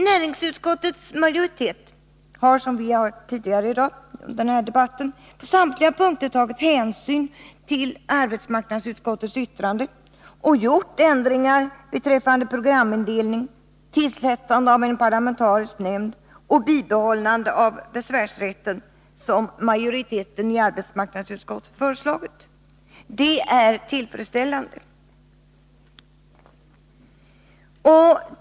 Näringsutskottets majoritet har — som vi hört tidigare här i dag — på samtliga punkter tagit hänsyn till arbetsmarknadsutskottets yttrande och gjort ändringar beträffande programindelning, tillsättande av en parlamentarisk nämnd och bibehållande av besvärsrätten som majoriteten i arbetsmarknadsutskottet föreslagit. Det är tillfredsställande.